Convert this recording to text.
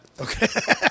Okay